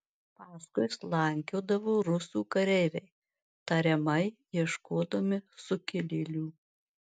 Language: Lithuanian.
paskui slankiodavo rusų kareiviai tariamai ieškodami sukilėlių